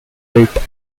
wait